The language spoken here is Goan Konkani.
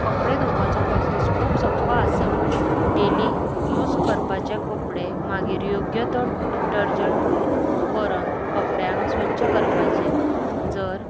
कपडे धुवपाचो प्रोसेस खूब सोप्प आसा डेली यूज करपाचे कपडे मागीर योग्य तो डिटर्जंट वरून कपड्यांक स्वच्छ करपाचें जर